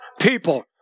people